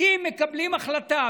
אם מקבלים החלטה,